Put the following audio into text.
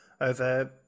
over